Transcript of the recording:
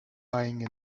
lying